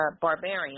Barbarian